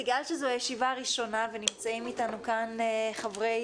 בגלל שזו הישיבה הראשונה ונמצאים איתנו כאן חברי